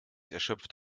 erschöpft